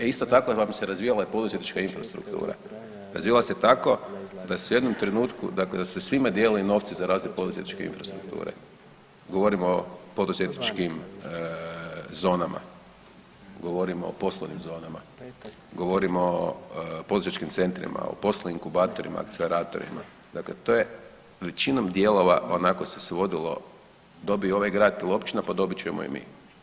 E isto tako vam se razvijala poduzetnička infrastruktura, razvijala se tako da su se u jednom trenutku dakle da su se svima dijelili novci za razne poduzetničke infrastrukture, govorimo o poduzetničkim zonama, govorimo o poslovnim zonama, govorimo o poduzetničkim centrima, o poslovnim inkubatorima, akceleratorima dakle to je većinom dijelova onako se svodilo dobije ovaj grad ili općina, pa dobit ćemo i mi.